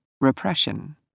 repression